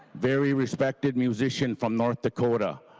very respected musician from north dakota.